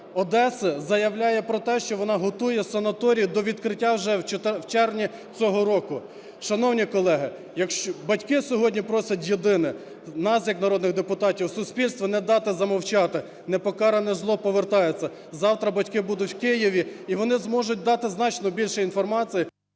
Одеси заявляє про те, що вона готує санаторій до відкриття вже в червні цього року. Шановні колеги, батьки сьогодні просять єдине нас як народних депутатів, суспільство: не дати замовчати. Непокаране зло повертається. Завтра батьки будуть в Києві, і вони зможуть дати значно більше інформації…